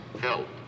help